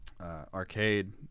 arcade